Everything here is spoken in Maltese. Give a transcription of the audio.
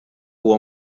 huwa